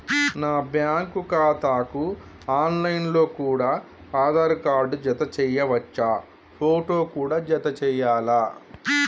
నా బ్యాంకు ఖాతాకు online లో కూడా ఆధార్ కార్డు జత చేయవచ్చా ఫోటో కూడా జత చేయాలా?